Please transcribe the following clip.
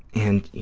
and,